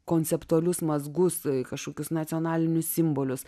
konceptualius mazgus kažkokius nacionalinius simbolius